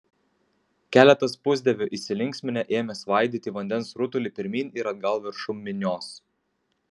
keletas pusdievių įsilinksminę ėmė svaidyti vandens rutulį pirmyn ir atgal viršum minios